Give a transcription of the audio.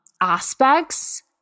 aspects